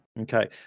Okay